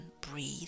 breathe